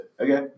Okay